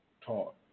taught